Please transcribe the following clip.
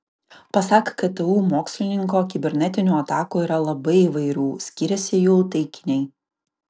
pasak ktu mokslininko kibernetinių atakų yra labai įvairių skiriasi jų taikiniai